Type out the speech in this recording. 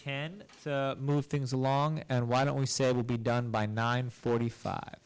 can move things along and why don't we say it will be done by nine forty five